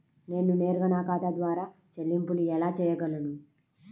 నేను నేరుగా నా ఖాతా ద్వారా చెల్లింపులు ఎలా చేయగలను?